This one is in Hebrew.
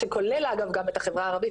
שכולל אגב גם את החברה הערבית,